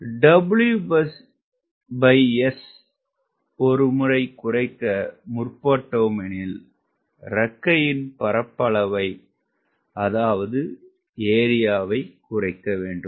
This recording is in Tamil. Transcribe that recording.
WS னை ஒருமுறை குறைக்க முற்பட்டோமெனில் இறக்கையின் பரப்பளவை குறைக்கவேண்டும்